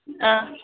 हां